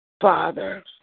Father